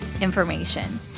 Information